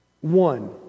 One